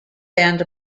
band